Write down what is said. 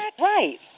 Right